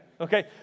okay